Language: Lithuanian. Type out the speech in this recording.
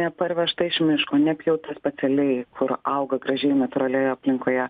neparvežta iš miško nepjauta specialiai kur auga gražiai natūralioje aplinkoje